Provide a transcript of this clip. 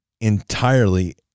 entirely